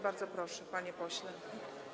Bardzo proszę, panie pośle.